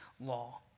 law